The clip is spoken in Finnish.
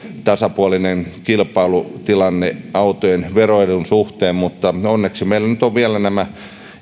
tasapuolinen kilpailutilanne autojen veroedun suhteen mutta onneksi meillä nyt ovat vielä nämä